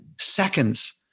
seconds